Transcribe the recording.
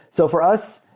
so for us,